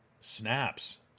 snaps